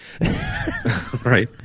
Right